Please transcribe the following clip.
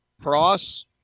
Cross